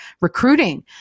recruiting